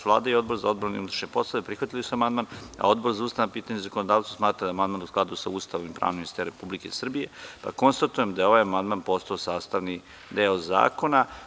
Vlada i Odbor za odbranu i unutrašnje poslove prihvatili su amandman, a Odbor za ustavna pitanja i zakonodavstvo, smatra da je amandman u skladu sa Ustavom i pravnim sistemom Republike Srbije, pa konstatujem da je ovaj amandman postao sastavni deo zakona.